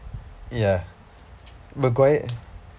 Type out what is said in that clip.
ya maguire